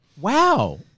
Wow